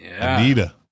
Anita